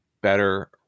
better